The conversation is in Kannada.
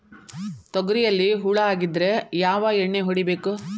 ತೊಗರಿಯಲ್ಲಿ ಹುಳ ಆಗಿದ್ದರೆ ಯಾವ ಎಣ್ಣೆ ಹೊಡಿಬೇಕು?